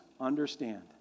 understand